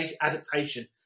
adaptation